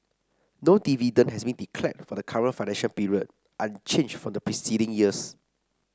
no dividend has been declared for the current financial period unchanged from the preceding years